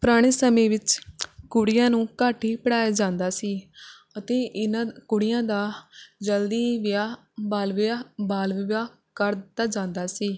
ਪੁਰਾਣੇ ਸਮੇਂ ਵਿੱਚ ਕੁੜੀਆਂ ਨੂੰ ਘੱਟ ਹੀ ਪੜ੍ਹਾਇਆ ਜਾਂਦਾ ਸੀ ਅਤੇ ਇਹਨਾਂ ਕੁੜੀਆਂ ਦਾ ਜਲਦੀ ਵਿਆਹ ਬਾਲ ਵਿਆਹ ਬਾਲ ਵਿਵਾਹ ਕਰ ਦਿੱਤਾ ਜਾਂਦਾ ਸੀ